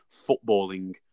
footballing